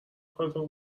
کارت